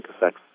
effects